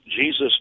Jesus